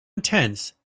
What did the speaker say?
intense